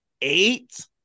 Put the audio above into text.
Eight